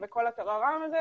אתה מתנגד לזה, טוב, אין